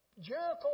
Jericho